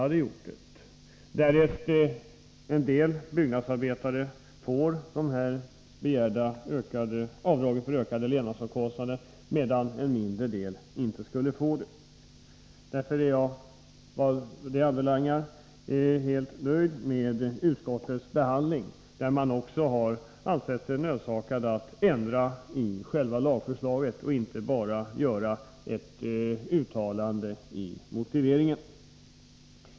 hade gjort det, därest en del byggnadsarbetare skulle få göra de begärda avdragen för ökade levnadsomkostnader medan en mindre del inte skulle få det. Därför är jag vad detta anbelangar helt nöjd med utskottets behandling. Utskottet har också ansett sig nödsakat att ändra i själva lagförslaget och inte bara göra ett uttalande i motiveringen.